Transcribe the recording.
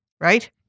right